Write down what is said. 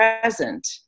present